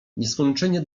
nieskończenie